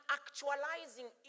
actualizing